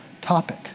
topic